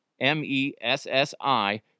M-E-S-S-I